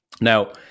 Now